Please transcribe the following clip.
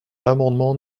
l’amendement